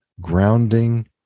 grounding